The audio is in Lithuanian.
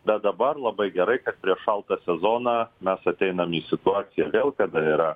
bet dabar labai gerai kad prieš šaltą sezoną mes ateinam į situaciją vėl kada yra